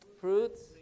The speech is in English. Fruits